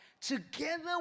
together